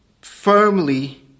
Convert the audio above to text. firmly